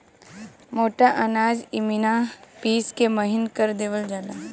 मोटा अनाज इमिना पिस के महीन कर देवल जाला